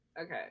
Okay